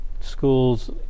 schools